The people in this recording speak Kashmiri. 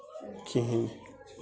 کِہیٖنٛۍ